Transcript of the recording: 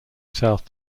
south